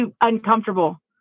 uncomfortable